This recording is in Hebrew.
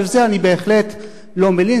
על זה אני בהחלט אני לא מלין.